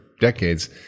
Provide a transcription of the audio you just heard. decades